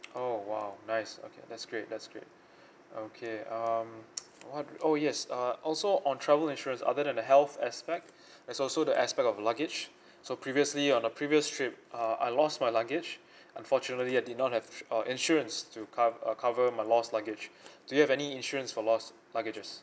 oh !wow! nice okay that's great that's great okay um what oh yes uh also on travel insurance other than the health aspect it's also the aspect of luggage so previously on the previous trip uh I lost my luggage unfortunately I did not have uh insurance to cov~ uh cover my lost luggage do you have any insurance for lost luggages